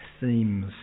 themes